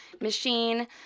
machine